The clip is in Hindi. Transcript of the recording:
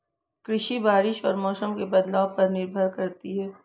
कृषि बारिश और मौसम के बदलाव पर निर्भर करती है